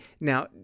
now